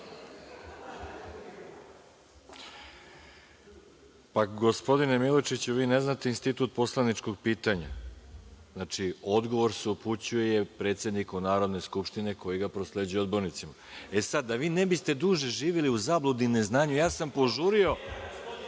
Pa, gospodine Milojičiću, vi ne znate institut poslaničkog pitanja. Znači, odgovor se upućuje predsedniku Narodne skupštine koji ga prosleđuje odbornicima. E, sad, da vi ne biste duže živeli u zabludi i neznanju, ja sam požurio